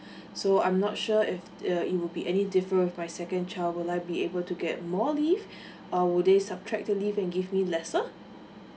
so I'm not sure if err it will be any different with my second child will I be able to get more leave or would they subtract the leave and give me lesser